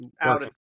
Out